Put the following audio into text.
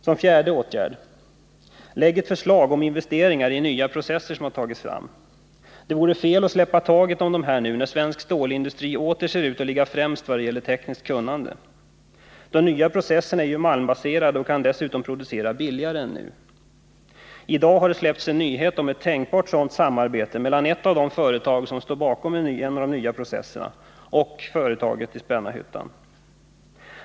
Som fjärde åtgärd: Lägg förslag om investeringar i de nya processer som nu tagits fram! Det vore fel att släppa taget om dessa när nu svensk stålindustri åter ser ut att ligga främst vad det gäller tekniskt kunnande. De nya processerna är ju malmbaserade och kan dessutom producera billigare än nu. I dag har det släppts ut en nyhet om ett tänkbart sådant samarbete mellan ett av de företag som står bakom en av de nya processerna och företaget i Spännarhyttan.